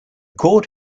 court